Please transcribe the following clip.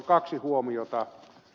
kaksi huomiota